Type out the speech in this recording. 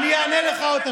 אני אענה לך, אני אענה לך.